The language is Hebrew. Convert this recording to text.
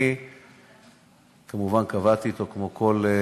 אני כמובן קבעתי אתו, כמו עם כל פונה,